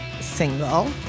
single